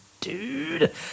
dude